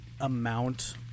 amount